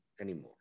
anymore